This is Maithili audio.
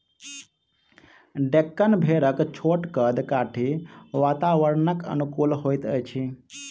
डेक्कन भेड़क छोट कद काठी वातावरणक अनुकूल होइत अछि